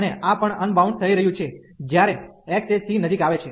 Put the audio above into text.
અને આ પણ અનબાઉન્ડ થઈ રહ્યું છે જ્યારે x એ c નજીક આવે છે